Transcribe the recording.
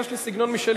יש לי סגנון משלי.